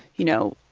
you know,